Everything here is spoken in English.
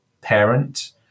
parent